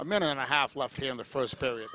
a minute and a half left here in the first period